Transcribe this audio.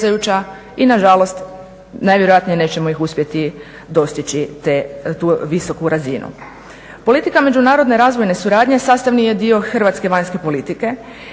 i na žalost najvjerojatnije nećemo ih uspjeti dostići tu visoku razinu. Politika međunarodne razvojne suradnje sastavni je dio hrvatske vanjske politike.